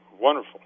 wonderful